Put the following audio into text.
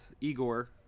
Igor